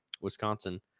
Wisconsin